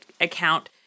account